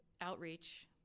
outreach